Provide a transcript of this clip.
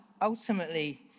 ultimately